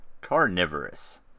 carnivorous